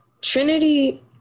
Trinity